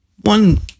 One